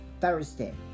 Thursday